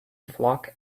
flock